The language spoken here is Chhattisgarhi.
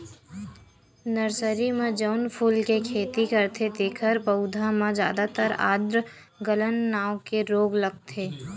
नरसरी म जउन फूल के खेती करथे तेखर पउधा म जादातर आद्र गलन नांव के रोग लगथे